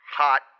hot